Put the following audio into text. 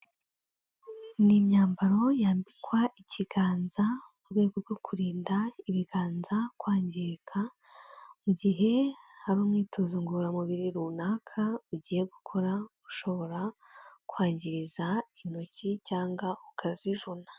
Ni imyambaro yambikwa ikiganza mu rwego rwo kurinda ibiganza kwangirika mu gihe hari umwitozo ngororamubiri runaka ugiye gukora ushobora kwangiriza intoki cyangwa ukazivuna.